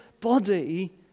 body